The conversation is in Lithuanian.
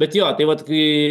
bet jo tai vat kai